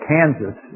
Kansas